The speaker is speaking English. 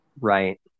Right